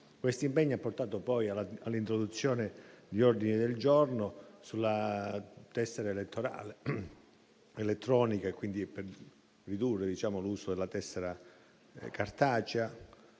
Questo impegno ha portato poi all'introduzione di ordini del giorno sulla tessera elettorale elettronica e quindi per ridurre l'uso della tessera cartacea